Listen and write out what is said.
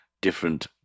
different